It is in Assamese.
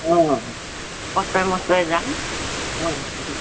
অ কষ্টই মষ্টই যাম অ